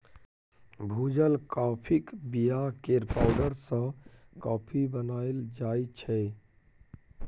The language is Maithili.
भुजल काँफीक बीया केर पाउडर सँ कॉफी बनाएल जाइ छै